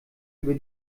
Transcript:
über